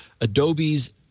Adobe's